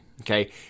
Okay